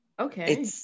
okay